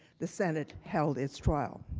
the senate held its trial.